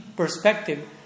Perspective